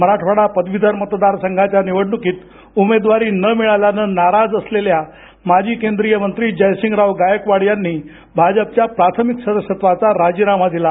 मराठवाडा पदवीधर मतदार संघाच्या निवडणुकीत उमेदवारी न मिळाल्याने नाराज असलेल्या माजी केंद्रीय मंत्री जयसिंगराव गायकवाड यांनी भाजपच्या प्राथमिक सदस्यत्वाचाही राजीनामा दिला